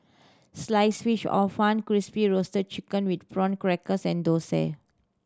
Sliced Fish Hor Fun Crispy Roasted Chicken with Prawn Crackers and dosa